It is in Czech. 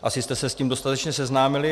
Asi jste se s tím dostatečně seznámili.